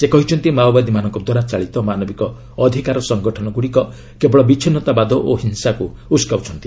ସେ କହିଛନ୍ତି ମାଓବାଦୀଙ୍କ ଦ୍ୱାରା ଚାଳିତ ମାନବିକ ଅଧିକାର ସଂଗଠନ ଗୁଡ଼ିକ କେବଳ ବିଚ୍ଛିନ୍ନତାବାଦ ଓ ହିଂସାକୁ ଉସ୍କାଉଛନ୍ତି